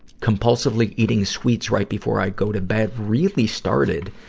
compulsively eating sweets right before i go to bed really started,